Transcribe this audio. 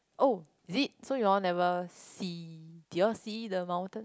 oh is it so you all never see did you all see the mountain